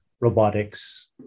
robotics